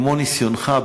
כמו ניסיונך,